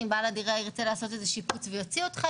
אם בעל הדירה ירצה לעשות איזה שיפוץ ויוציא אותך,